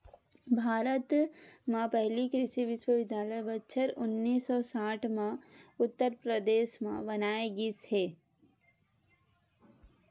भारत म पहिली कृषि बिस्वबिद्यालय बछर उन्नीस सौ साठ म उत्तर परदेस म बनाए गिस हे